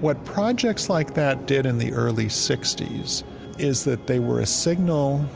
what projects like that did in the early sixty s is that they were a signal